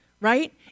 right